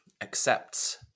accepts